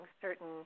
certain